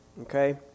Okay